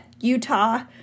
Utah